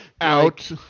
out